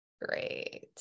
great